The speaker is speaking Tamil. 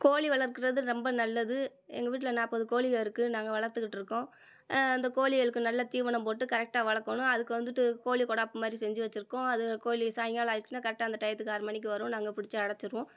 கோழி வளர்க்கிறது ரொம்ப நல்லது எங்கள் வீட்டில நாற்பது கோழிக இருக்குது நாங்கள் வளர்த்துக்கிட்ருக்கோம் அந்த கோழிகளுக்கு நல்ல தீவனம் போட்டு கரெக்டாக வளர்க்கணும் அதுக்கு வந்துட்டு கோழி கொடாப்பு மாதிரி செஞ்சு வச்சிருக்கோம் அதில் கோழி சாய்ங்காலம் ஆயிருச்சின்னால் கரெக்டாக அந்த டையத்துக்கு ஆறு மணிக்கு வரும் நாங்கள் பிடிச்சி அடைச்சிருவோம்